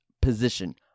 position